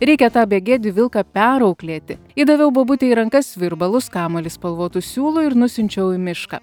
reikia tą begėdį vilką perauklėti įdaviau bobutei į rankas virbalus kamuolį spalvotų siūlų ir nusiunčiau į mišką